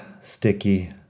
sticky